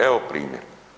Evo primjer.